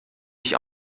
ich